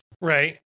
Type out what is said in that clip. Right